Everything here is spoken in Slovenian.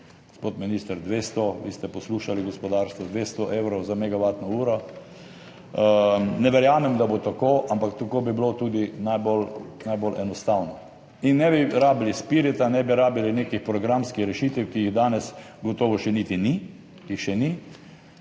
gospod minister, vi ste poslušali gospodarstvo, nekje 200 evrov za megavatno uro. Ne verjamem, da bo tako, ampak tako bi bilo tudi najbolj enostavno in ne bi potrebovali agencije SPIRIT, ne bi potrebovali nekih programskih rešitev, ki jih danes gotovo še niti ni, še niso